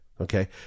okay